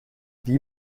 wie